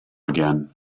again